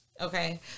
Okay